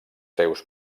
seus